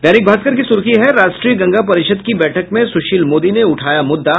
दैनिक भास्कर की सुर्खी है राष्ट्रीय गंगा परिषद की बैठक में सुशील मोदी ने उठाया मुद्दा